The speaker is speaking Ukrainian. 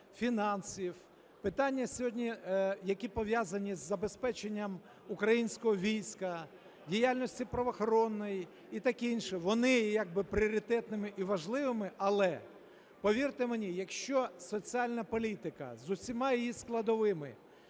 фінансів, питання сьогодні, які пов'язані з забезпеченням українського війська, діяльністю правоохоронною і таке інше, вони є як би пріоритетними і важливими, але, повірте мені, якщо соціальна політика з усіма її складовими